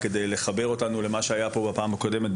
כדי לחבר אותנו למה שהיה פה בדיון הקודם.